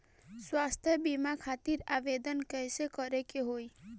स्वास्थ्य बीमा खातिर आवेदन कइसे करे के होई?